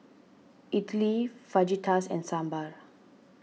Idili Fajitas and Sambar